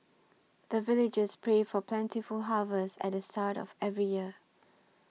the villagers pray for plentiful harvest at the start of every year